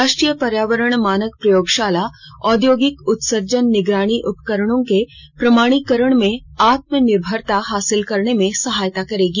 राष्ट्रीय पर्यावरण मानक प्रयोगशाला औद्योगिक उत्सर्जन निगरानी उपकरणों के प्रमाणीकरण में आत्मनिर्भरता हासिल करने में सहायता करेगी